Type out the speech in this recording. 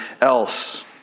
else